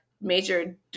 major